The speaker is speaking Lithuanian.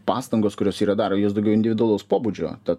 pastangos kurios yra daro jos daugiau individualaus pobūdžio ta